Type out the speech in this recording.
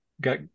Got